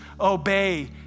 obey